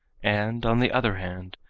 and, on the other hand,